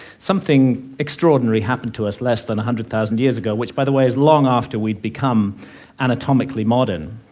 something extraordinary happened to us less than a hundred thousand years ago, which, by the way, is long after we'd become anatomically modern.